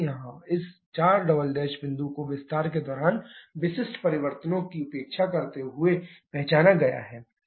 यहाँ इस 4 बिंदु को विस्तार के दौरान विशिष्ट परिवर्तनों की उपेक्षा करते हुए पहचाना गया है